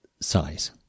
size